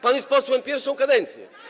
Pan jest posłem pierwszą kadencję.